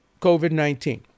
COVID-19